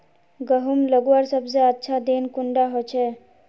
गहुम लगवार सबसे अच्छा दिन कुंडा होचे?